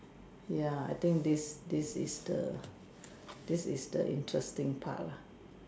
ya I think this this this is the interesting part lah